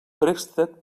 préstec